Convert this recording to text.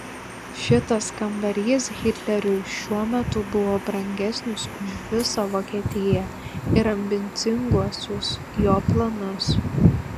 šitas kambarys hitleriui šiuo metu buvo brangesnis už visą vokietiją ir ambicinguosius jo planus